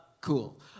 Cool